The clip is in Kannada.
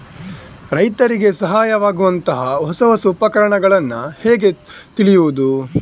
ರೈತರಿಗೆ ಸಹಾಯವಾಗುವಂತಹ ಹೊಸ ಹೊಸ ಉಪಕರಣಗಳನ್ನು ಹೇಗೆ ತಿಳಿಯುವುದು?